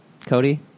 Cody